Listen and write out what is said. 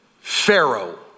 pharaoh